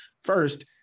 First